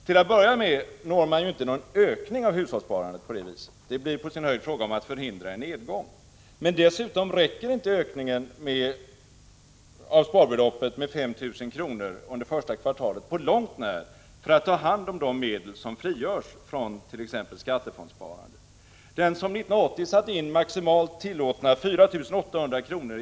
Till att börja med uppnår man ju inte någon ökning av hushållssparandet på det viset; det blir på sin höjd fråga om att förhindra en nedgång. Men dessutom räcker inte ökningen under första kvartalet med 5 000 kr. av sparbeloppet i allemanssparandet på långt när för att ta hand om de medel som frigörs från t.ex. skattefondssparandet. Den som 1980 satte in maximalt tillåtna 4 800 kr.